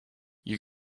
you